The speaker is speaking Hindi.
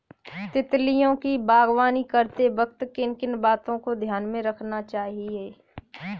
तितलियों की बागवानी करते वक्त किन किन बातों को ध्यान में रखना चाहिए?